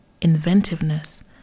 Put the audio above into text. inventiveness